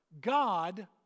God